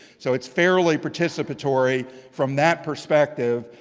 so it's fairly participatory from that perspective.